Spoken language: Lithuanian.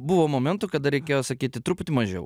buvo momentų kada reikėjo sakyti truputį mažiau